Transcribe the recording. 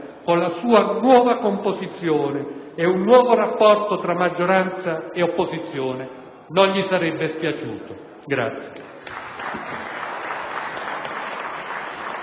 con la sua nuova composizione e un nuovo rapporto tra maggioranza e opposizione, non gli sarebbe spiaciuto.